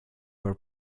where